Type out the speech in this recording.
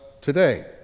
today